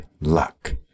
luck